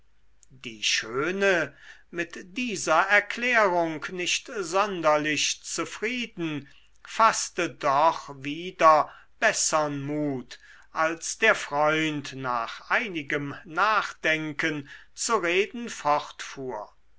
die schöne mit dieser erklärung nicht sonderlich zufrieden faßte doch wieder bessern mut als der freund nach einigem nachdenken zu reden fortfuhr